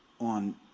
on